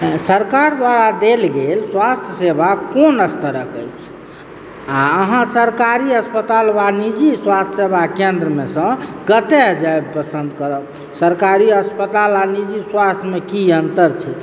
सरकार द्वारा देल गेल स्वास्थ्य सेवा कोन स्तरक अछि आओर अहाँ सरकारी अस्पताल वा निजी स्वास्थ्य सेवा केन्द्रमे सँ कतऽ जायब पसन्द करब सरकारी अस्पताल आओर निजी स्वास्थ्यमे की अन्तर छै